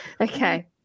Okay